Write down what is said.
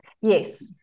Yes